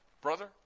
brother